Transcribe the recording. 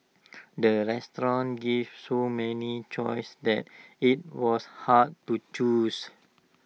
the restaurant give so many choices that IT was hard to choose